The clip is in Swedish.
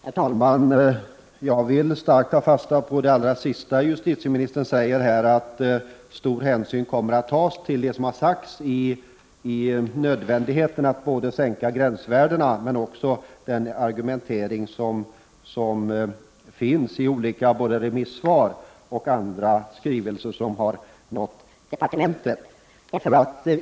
Herr talman! Jag vill starkt ta fasta på det allra sista justitieministern sade i sitt senaste inlägg, att stor hänsyn kommer att tas till det som sagts om nödvändigheten av att sänka gränsvärdena och till den argumentering som förs i de olika remissvaren och i andra skrivelser som nått departementet.